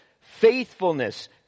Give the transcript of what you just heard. faithfulness